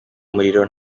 muriro